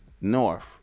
north